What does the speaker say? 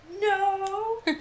No